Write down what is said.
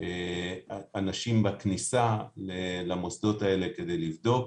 אנשים בכניסה למוסדות האלה כדי לבדוק